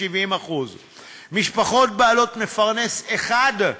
70%; משפחות בעלות מפרנס אחד,